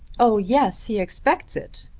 oh yes he expects it.